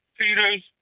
Peters